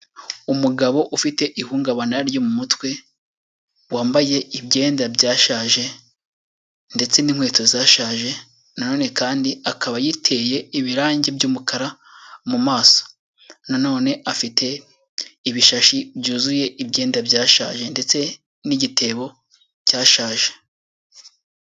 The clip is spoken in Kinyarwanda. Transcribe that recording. Umugabo ufite ihungabana ryo mumutwe wambaye imyenda byashaje ndetse n'inkweto zashaje nanone kandi akaba yiteye ibiragi by'umukara maso nanone afite ibishashi byuzuye ibyennda byashaje ndetse n'igitebo cyashaje.